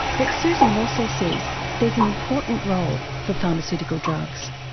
but susan rossell says there is an important role for pharmaceutical drugs.